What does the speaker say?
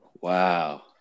Wow